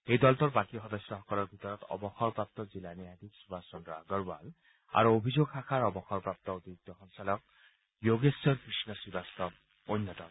এই দলটোৰ বাকী সদস্যসকলৰ ভিতৰত অৱসৰপ্ৰাপ্ত জিলা ন্যায়াধীশ সুভাষ চন্দ্ৰ আগৰৱাল আৰু অভিযোগ শাখাৰ অৱসৰপ্ৰাপ্ত অতিৰিক্ত সঞ্চালক য়োগেশ্বৰ কৃষ্ণ শ্ৰীবাস্তৱ অন্যতম